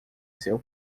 seu